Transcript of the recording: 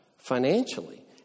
Financially